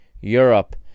europe